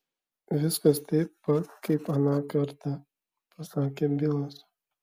viskas taip pat kaip aną kartą pasakė bilas